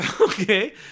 Okay